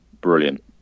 brilliant